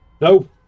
No